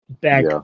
back